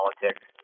politics